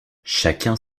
chacun